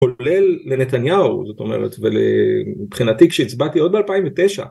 ‫כולל לנתניהו, זאת אומרת, ‫ולבחינתי כשהצבעתי עוד ב-2009.